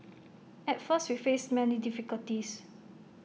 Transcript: at first we faced many difficulties